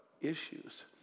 issues